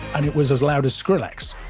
and it was as loud as skrillex,